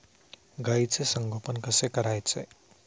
गाईचे संगोपन कसे करायचे?